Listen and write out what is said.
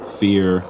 fear